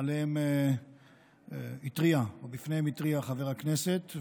שעליהן התריע או שמפניהן התריע חבר הכנסת,